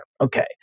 Okay